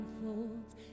unfolds